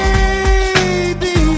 Baby